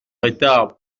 retard